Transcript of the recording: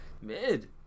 Mid